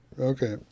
Okay